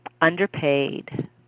underpaid